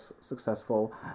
successful